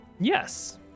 Yes